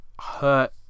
hurt